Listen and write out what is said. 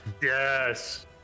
Yes